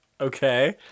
Okay